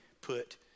put